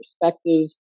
perspectives